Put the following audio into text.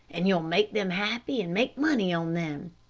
and you'll make them happy and make money on them.